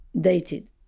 dated